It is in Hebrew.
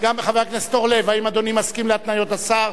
חבר הכנסת אורלב, האם אדוני מסכים להתניות השר?